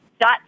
dot